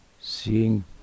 Seeing